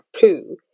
poo